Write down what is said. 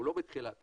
לא בתחילת התהליך,